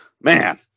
man